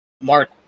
Mark